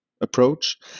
approach